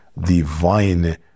divine